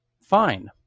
fine